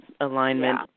Alignment